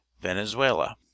venezuela